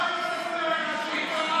בושה וחרפה.